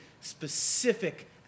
specific